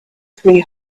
three